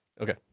Okay